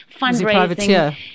fundraising